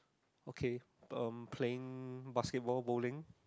okay um playing basketball bowling